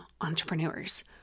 entrepreneurs